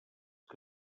que